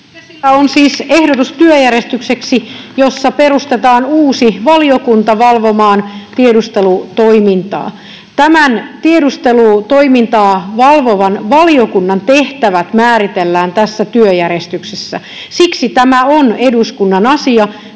on siis ehdotus työjärjestykseksi, jossa perustetaan uusi valiokunta valvomaan tiedustelutoimintaa. Tämän tiedustelutoimintaa valvovan valiokunnan tehtävät määritellään tässä työjärjestyksessä. Siksi on eduskunnan asia,